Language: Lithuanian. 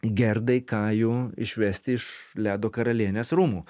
gerdai kajų išvesti iš ledo karalienės rūmų